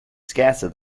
scarcer